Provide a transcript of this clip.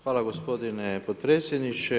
Hvala gospodine potpredsjedniče.